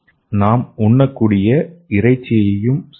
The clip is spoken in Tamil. நாம் உண்ணக்கூடிய இறைச்சியையும் செய்யலாம்